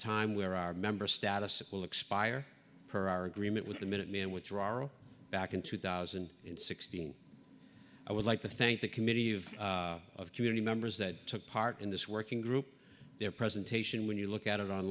time where our member status will expire per our agreement with the minuteman withdrawal back in two thousand and sixteen i would like to thank the committee of community members that took part in this working group their presentation when you look at it on